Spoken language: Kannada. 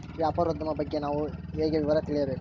ವ್ಯಾಪಾರೋದ್ಯಮ ಬಗ್ಗೆ ನಾನು ಹೇಗೆ ವಿವರ ತಿಳಿಯಬೇಕು?